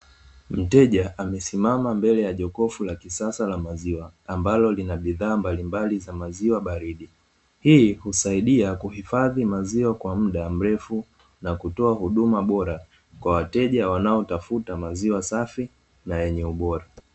Mteja amesimama mbele ya jokofu la kisasa la maziwa, ambalo linabidhaa mbalimbali za baridi, hii husaidia kuhifadhi maziwa kwa muda mrefu na kutoa huduma bora kwa wateja wanaotafuta maziwa safi na yenye ubora.